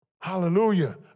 Hallelujah